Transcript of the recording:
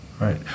Right